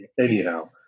anyhow